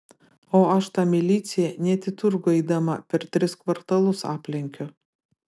o aš tą miliciją net į turgų eidama per tris kvartalus aplenkiu